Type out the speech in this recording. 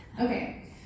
Okay